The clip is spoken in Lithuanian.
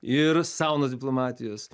ir saunos diplomatijos